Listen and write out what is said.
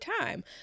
time